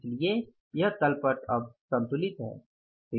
इसलिए यह तल पट अब संतुलित है